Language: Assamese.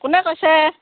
কোনে কৈছে